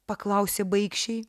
paklausė baikščiai